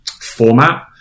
format